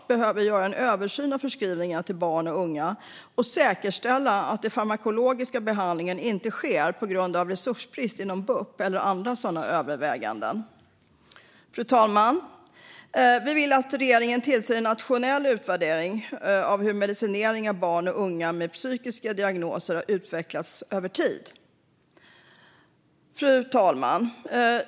Man behöver göra en översyn av förskrivningen till barn och unga och säkerställa att den farmakologiska behandlingen inte sker på grund av resursbrist inom bup eller andra sådana överväganden. Fru talman! Vi vill att regeringen tillser en nationell utvärdering av hur medicinering av barn och unga med psykiska diagnoser har utvecklats över tid. Fru talman!